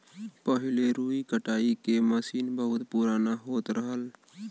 पहिले रुई कटाई के मसीन बहुत पुराना होत रहल